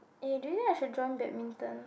eh do you think I should join badminton